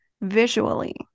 visually